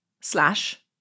slash